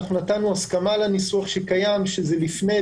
נתנו הסכמה לניסוח שקיים שזה לפני,